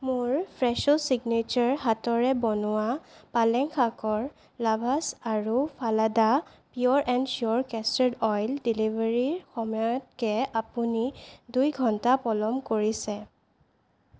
মোৰ Fresho signature হাতৰে বনোৱা পালেং শাকৰ লাভাছ আৰু Palada pure and sure castor oil ডেলিভাৰিৰ সময়তকৈ আপুনি দুই ঘণ্টা পলম কৰিছে